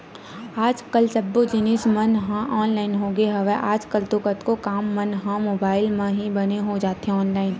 आज कल सब्बो जिनिस मन ह ऑनलाइन होगे हवय, आज कल तो कतको काम मन ह मुबाइल म ही बने हो जाथे ऑनलाइन